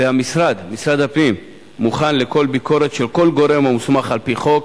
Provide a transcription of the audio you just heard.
ומשרד הפנים מוכן לכל ביקורת של כל גורם המוסמך על-פי חוק.